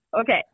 okay